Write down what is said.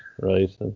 right